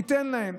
תיתן להם.